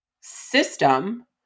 system